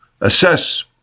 assess